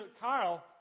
Kyle